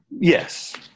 Yes